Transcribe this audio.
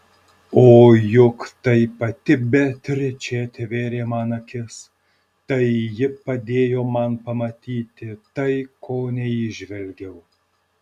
o juk tai pati beatričė atvėrė man akis tai ji padėjo man pamatyti tai ko neįžvelgiau